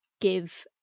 give